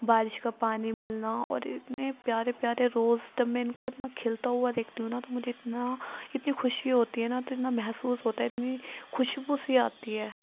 بارش کا پانی ملنا اور اتنے پیارے پیارے روز جب میں ان کو اتنا کھلتا ہوا دیکھتی ہوں نا تو مجھے اتنا اتنی خوشی ہوتی ہے نا تو اتنا محسوس ہوتا ہے اتنی خوشبو سی آتی ہے